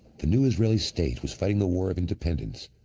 the new israeli state was fighting the war of independence,